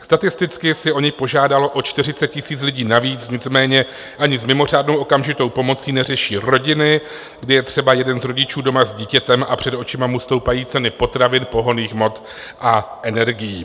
Statisticky si o něj požádalo o 40 000 lidí navíc, nicméně ani s mimořádnou okamžitou pomocí neřeší rodiny, kdy je třeba jeden z rodičů doma s dítětem a před očima mu stoupají ceny potravin, pohonných hmot a energií.